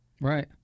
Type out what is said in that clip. Right